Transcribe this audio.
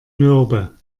mürbe